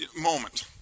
moment